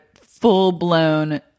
full-blown